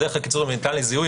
על דרך הקיצור "הניתן לזיהוי",